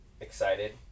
excited